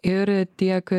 ir tiek